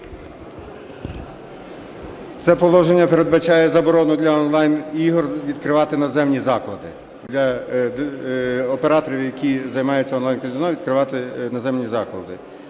Це положення передбачає заборону для онлайн-ігор відкривати наземні заклади. Для операторів, які займаються онлайн-казино, відкривати наземні заклади.